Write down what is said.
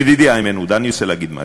ידידי איימן עודה, אני רוצה להגיד משהו: